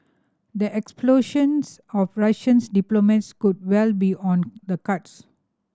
the expulsions of Russian's diplomats could well be on the cards